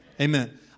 Amen